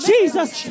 Jesus